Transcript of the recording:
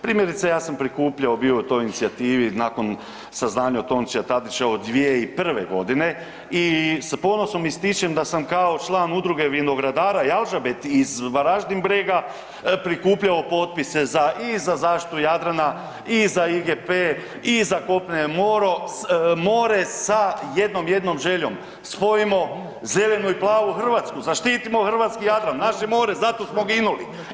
Primjerice ja sam prikupljao bio u toj inicijativi nakon saznanja od Tončija Tadića od 2001. godine i s ponosom ističem da sam kao član Udruge vinogradara Jalžabet iz Varaždin brega prikupljao potpise za i za zaštitu Jadrana i za IGP, i za kopno, more sa jednom jedinom željom spojimo zelenu i plavu Hrvatsku, zaštitimo hrvatski Jadran, zato smo ginuli.